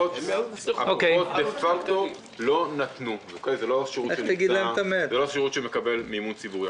זה לא שירות שמקבל מימון ציבורי.